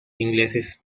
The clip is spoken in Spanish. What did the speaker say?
ingleses